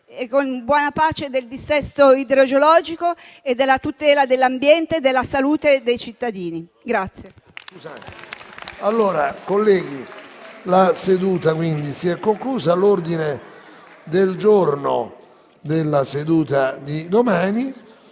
con buona pace del dissesto idrogeologico e della tutela dell'ambiente e della salute dei cittadini.